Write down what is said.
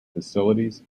facilities